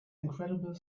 incredible